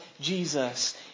Jesus